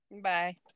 Bye